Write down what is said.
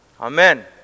Amen